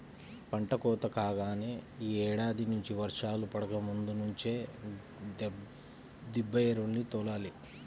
పంట కోత కాగానే యీ ఏడాది నుంచి వర్షాలు పడకముందు నుంచే దిబ్బ ఎరువుల్ని తోలాలి